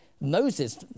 Moses